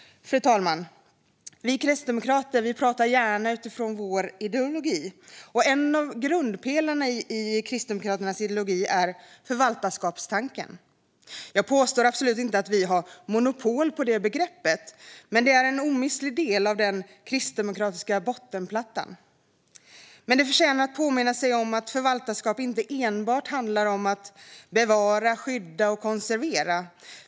Fru talman! Vi kristdemokrater pratar gärna utifrån vår ideologi. En av grundpelarna i den kristdemokratiska ideologin är förvaltarskapstanken. Jag påstår absolut inte att vi har monopol på det begreppet, men det är en omistlig del av den kristdemokratiska bottenplattan. Det förtjänar att påminnas om att förvaltarskap inte enbart handlar om att bevara, skydda och konservera.